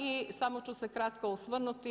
I samo ću se kratko osvrnuti.